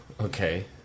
okay